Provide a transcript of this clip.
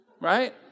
right